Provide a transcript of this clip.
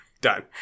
Done